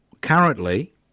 currently